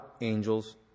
angels